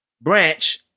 branch